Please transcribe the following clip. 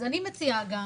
אז אני מציעה גם